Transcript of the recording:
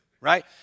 right